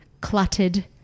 cluttered